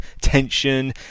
tension